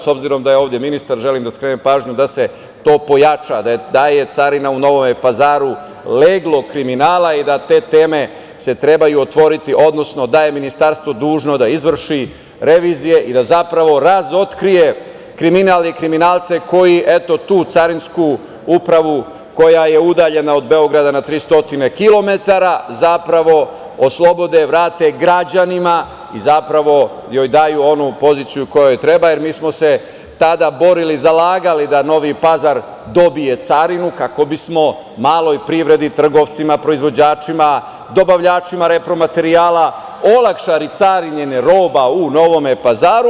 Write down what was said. S obzirom da je ovde ministar, želim da skrenem pažnju da se to pojača, da je carina u Novom Pazaru leglo kriminala i da te teme se trebaju otvoriti, odnosno da je Ministarstvo dužno da izvrši revizije i da zapravo razotkrije kriminal i kriminalce koji, eto, tu carinsku upravu, koja je udaljena od Beograda na 300 kilometara, zapravo oslobode, vrate građanima i zapravo joj daju onu poziciju koja joj treba, jer mi smo se tada borili, zalagali da Novi Pazar dobije carinu kako bismo maloj privredi, trgovcima, proizvođačima, dobavljačima repromaterijala olakšali carinjenje roba u Novom Pazaru.